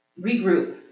regroup